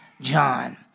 John